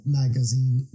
magazine